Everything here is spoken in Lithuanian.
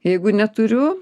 jeigu neturiu